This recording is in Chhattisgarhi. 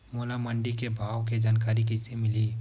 मोला मंडी के भाव के जानकारी कइसे मिलही?